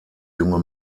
junge